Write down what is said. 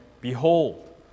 Behold